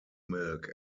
milk